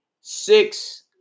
six